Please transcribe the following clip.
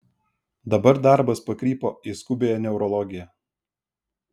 dabar darbas pakrypo į skubiąją neurologiją